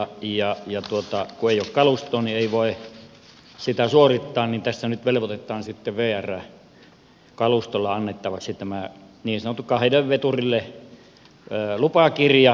kun ei ole kalustoa niin ei voi sitä suorittaa joten tässä nyt velvoitetaan sitten vrn kalustolla annettavaksi tämä niin sanottu kahden veturin lupakirja